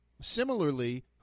Similarly